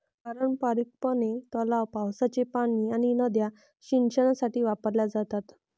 पारंपारिकपणे, तलाव, पावसाचे पाणी आणि नद्या सिंचनासाठी वापरल्या जातात